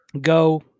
Go